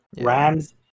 Rams